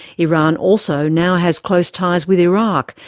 iran also now has close ties with iraq,